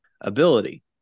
ability